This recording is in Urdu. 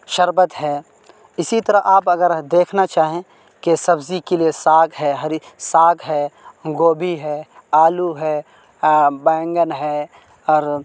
شربت ہے اسی طرح آپ اگر دیکھنا چاہیں کہ سبزی کے لیے ساگ ہے ہری ساگ ہے گوبھی ہے آلو ہے بیگن ہے اور